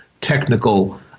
technical